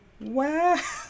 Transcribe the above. wow